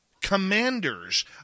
commanders